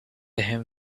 him